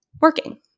working